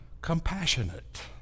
compassionate